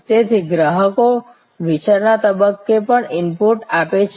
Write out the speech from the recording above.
તેથી ગ્રાહકો વિચારના તબક્કે પણ ઇનપુટ આપે છે